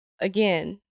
again